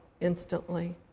instantly